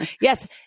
Yes